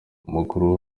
umukuru